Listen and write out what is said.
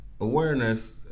awareness